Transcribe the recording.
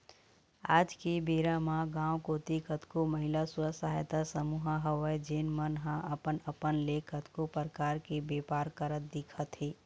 आज के बेरा म गाँव कोती कतको महिला स्व सहायता समूह हवय जेन मन ह अपन अपन ले कतको परकार के बेपार करत दिखत हे